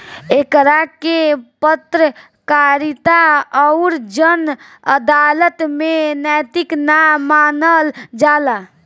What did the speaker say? एकरा के पत्रकारिता अउर जन अदालत में नैतिक ना मानल जाला